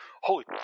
holy